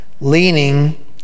leaning